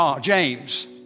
James